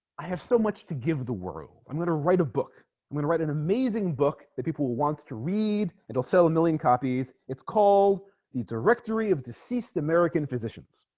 i have so much to give the world i'm gonna write a book i'm gonna write an amazing book that people will wants to read it'll sell a million copies it's called the directory of deceased american physicians